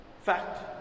fact